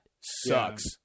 sucks